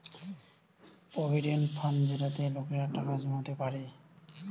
provident fund যেটাতে লোকেরা টাকা জমাতে পারে